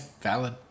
valid